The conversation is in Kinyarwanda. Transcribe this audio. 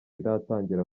aratangira